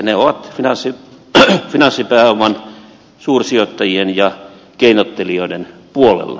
ne ovat finanssipääoman suursijoittajien ja keinottelijoiden puolella